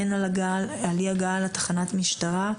הן על אי הגעה לתחנת המשטרה,